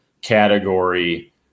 category